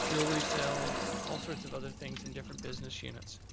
jewelry sales, all sorts of other things in different business units.